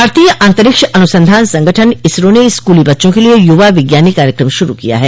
भारतीय अंतरिक्ष अनुसंधान संगठन इसरो ने स्कूली बच्चों के लिए युवा विज्ञानी कार्यक्रम शुरू किया है